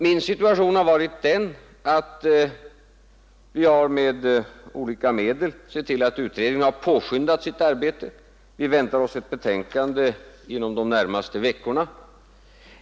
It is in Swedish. Min situation har varit den att vi med olika medel sett till att utredningen har påskyndat sitt arbete. Vi väntar oss ett betänkande inom de närmaste veckorna.